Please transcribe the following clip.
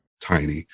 tiny